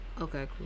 Okay